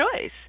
choice